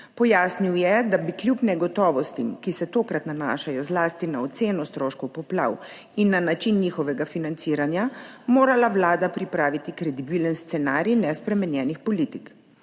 Pojasnil je, da bi kljub negotovostim, ki se tokrat nanašajo zlasti na oceno stroškov poplav in na način njihovega financiranja, morala vlada pripraviti kredibilen scenarij nespremenjenih politik.